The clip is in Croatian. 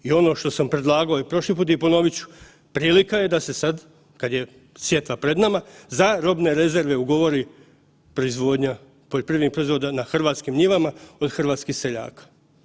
I ono što sam predlagao i prošli put i ponovit ću, prilika je da se sad kad je sjetva pred nama za robne rezerve ugovori proizvodnja poljoprivrednih proizvoda na hrvatskim njivama kod hrvatskih seljaka.